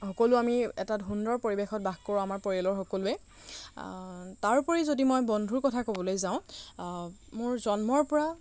সকলো আমি এটা সুন্দৰ পৰিৱেশত বাস কৰোঁ আমাৰ পৰিয়ালৰ সকলোৱে তাৰোপৰি যদি মই বন্ধুৰ কথা ক'বলৈ যাওঁ মোৰ জন্মৰ পৰা